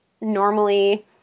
normally